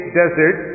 desert